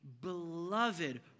beloved